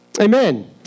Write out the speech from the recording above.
Amen